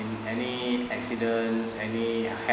any accidents any health